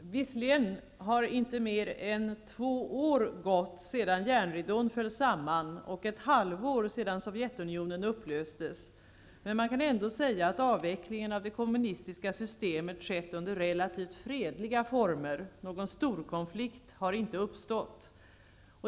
Herr talman! Visserligen har inte mer än två år gått sedan järnridån föll samman och ett halvår sedan Sovjetunionen upplöstes, men man kan ändå säga att avvecklingen av det kommunistiska systemet skett under relativt fredliga former. Någon storkonflikt har inte uppstått.